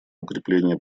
укрепления